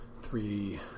Three